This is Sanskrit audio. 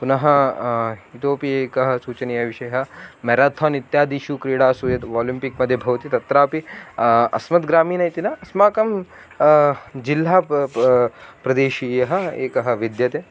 पुनः इतोपि एकः सूचनीयः विषयः मेराथन् इत्यादीषु क्रीडासु यत् वोलम्पिक् मध्ये भवति तत्रापि अस्मद्ग्रामीणः इति न अस्माकं जिल्हा प् प्रदेशीयः एकः विद्यते